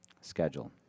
schedule